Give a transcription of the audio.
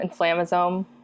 inflammasome